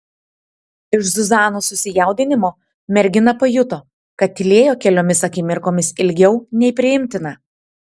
iš zuzanos susijaudinimo mergina pajuto kad tylėjo keliomis akimirkomis ilgiau nei priimtina